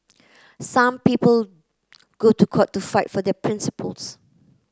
some people go to court to fight for their principles